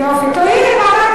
הנה, פתרת את הבעיה.